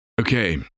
Okay